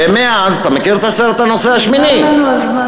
אתה מכיר את הסרט "הנוסע השמיני" נגמר לנו הזמן.